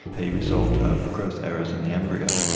a result of growth errors in the embryo.